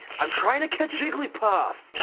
i'm trying to catch jigglypuff.